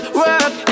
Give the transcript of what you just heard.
work